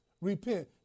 Repent